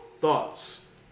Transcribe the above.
Thoughts